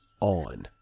on